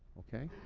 okay?